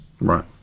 Right